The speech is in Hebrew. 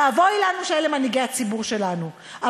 אבוי לנו שאלה מנהיגי הציבור שלנו.